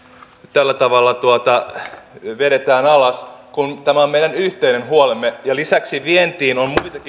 tällä tavalla vedetään alas kun tämä on meidän yhteinen huolemme lisäksi vientiin